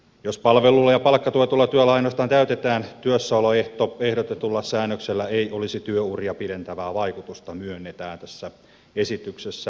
jos palvelulla ja palkkatuetulla työllä ainoastaan täytetään työssäoloehto ehdotetulla säännöksellä ei olisi työuria pidentävää vaikutusta myönnetään tässä esityksessä